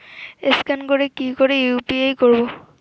Scan করে কি করে ইউ.পি.আই করবো?